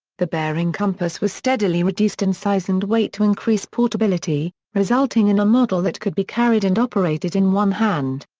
the bearing compass was steadily reduced in size and weight to increase portability, resulting in a model that could be carried and operated in one hand.